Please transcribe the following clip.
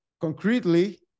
Concretely